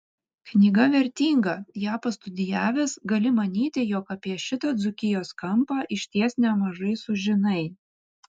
knyga vertinga ją pastudijavęs gali manyti jog apie šitą dzūkijos kampą išties nemažai sužinai